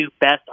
best